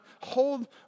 hold